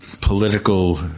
political